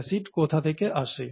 acid কোথা থেকে আসে